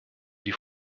die